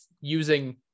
using